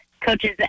coaches